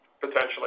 potentially